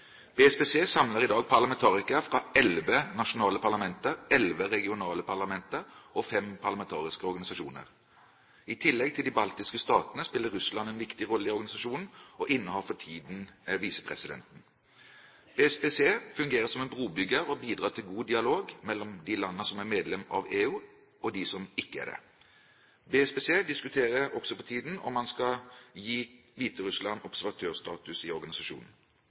BSPC samler i dag parlamentarikere fra elleve nasjonale parlamenter, elleve regionale parlamenter og fem parlamentariske organisasjoner. I tillegg til de baltiske statene spiller Russland en viktig rolle i organisasjonen og innehar for tiden visepresidenten. BSPC fungerer som en brobygger og bidrar til god dialog mellom de landene som er medlem av EU, og de som ikke er det. BSPC diskuterer også for tiden om man skal gi Hviterussland observatørstatus i organisasjonen.